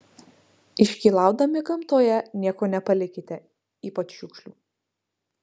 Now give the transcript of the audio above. iškylaudami gamtoje nieko nepalikite ypač šiukšlių